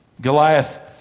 Goliath